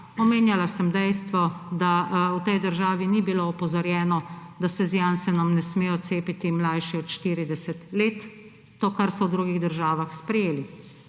omenjala sem dejstvo, da v tej državi ni bilo opozorjeno, da se z Janssenom ne smejo cepiti mlajši od 40 let; to, kar so v drugih državah sprejeli.